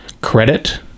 credit